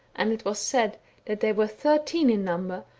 and it was said that they were thirteen in number,